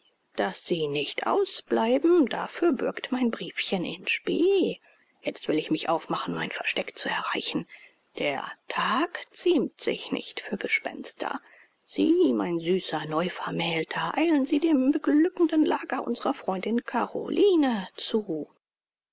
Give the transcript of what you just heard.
daß sie nicht ausbleiben dafür bürgt mein briefchen in spe jetzt will ich mich aufmachen mein versteck zu erreichen der tag ziemt sich nicht für gespenster sie mein süßer neuvermählter eilen sie dem beglückenden lager unserer freundin caroline zu